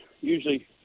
usually